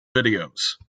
videos